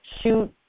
shoot